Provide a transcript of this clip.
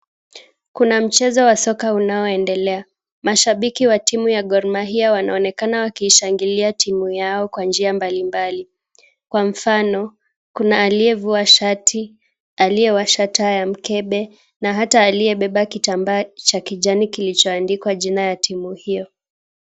Kuna mchezo wa soka unaoendelea, mashabiki wa timu ya Gor Mahia wanaonekana wakiishangilia timu yao kwa njia mbalimbali, kwa mfano, kuna aliyevua shati, aliyewasha taa ya mkebe na hata aliyebeba kitambaa cha kijani kilichoandikwa jina ya timu hiyo.